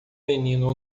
menino